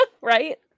Right